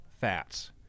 fats